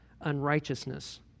unrighteousness